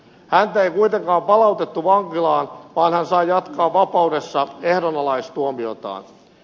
häntä ei kuitenkaan palautettu vankilaan vaan hän sai jatkaa vapaudessa ehdonalaistuomiotaan